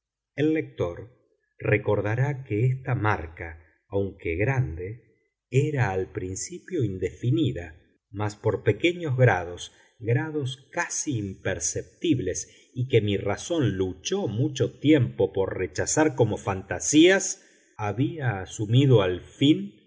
el lector recordará que esta marca aunque grande era al principio indefinida mas por pequeños grados grados casi imperceptibles y que mi razón luchó mucho tiempo por rechazar como fantasías había asumido al fin